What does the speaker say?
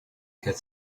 get